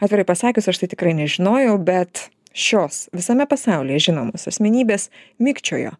atvirai pasakius aš tai tikrai nežinojau bet šios visame pasaulyje žinomos asmenybės mikčiojo